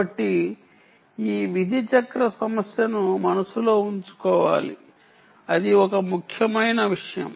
కాబట్టి ఈ విధి చక్ర సమస్యను మనస్సులో ఉంచుకోవాలి అది ఒక ముఖ్యమైన విషయం